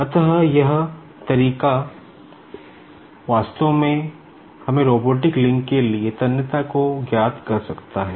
अतः यह तरीका वास्तव में हमे रोबोटिक लिंक के लिए तन्यता को ज्ञात कर सकता है